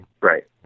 Right